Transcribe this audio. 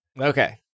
Okay